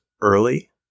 early